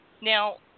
Now